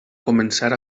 començar